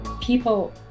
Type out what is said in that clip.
People